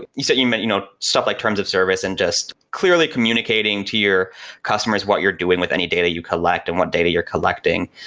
you said so you met you know stuff like terms of service and just clearly communicating to your customers what you're doing with any data you collect and what data you're collecting.